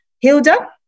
Hilda